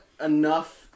enough